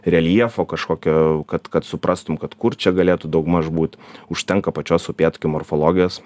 reljefo kažkokio kad kad suprastum kad kur čia galėtų daugmaž būt užtenka pačios upėtakių morfologijos